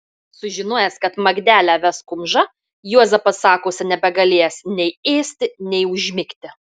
sužinojęs kad magdelę ves kumža juozapas sakosi nebegalėjęs nei ėsti nei užmigti